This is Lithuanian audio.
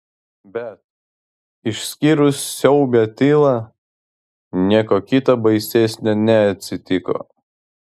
bet išskyrus siaubią tylą nieko kita baisesnio neatsitiko